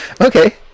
Okay